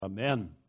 Amen